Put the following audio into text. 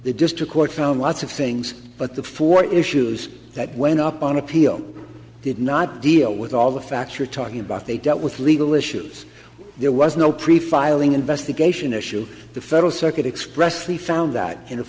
the district court found lots of things but the four issues that went up on appeal did not deal with all the facts you're talking about they dealt with legal issues there was no pre filing investigation issue the federal circuit expressly found that in